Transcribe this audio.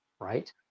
Right